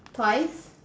twice